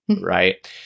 Right